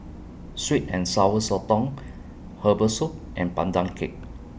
Sweet and Sour Sotong Herbal Soup and Pandan Cake